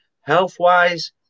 health-wise